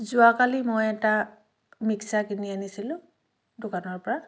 যোৱাকালি মই এটা মিক্সাৰ কিনি আনিছিলোঁ দোকানৰ পৰা